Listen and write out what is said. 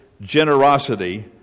generosity